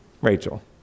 Rachel